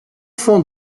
fond